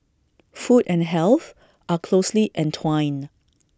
food and health are closely entwined